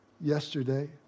yesterday